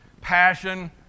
Passion